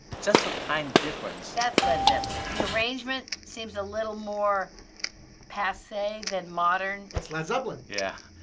just a tiny difference. that's led zeppelin. the arrangement seems a little more passe than modern. it's led zeppelin. yeah.